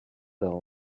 del